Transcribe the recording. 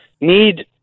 need